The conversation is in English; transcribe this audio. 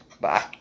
Bye